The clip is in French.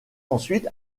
ensuite